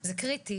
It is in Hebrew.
זה קריטי,